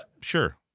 sure